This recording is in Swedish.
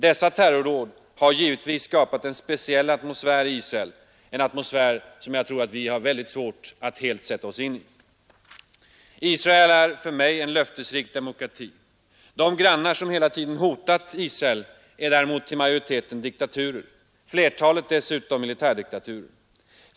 Dessa terrordåd har givetvis skapat en speciell atmosfär i Israel — en atmosfär som jag tror att vi har väldigt svårt att helt sätta oss in i. Israel är för mig en löftesrik demokrati. De grannar som hela tiden hotat Israel är däremot till majoriteten diktaturer — flertalet dessutom militärdiktaturer.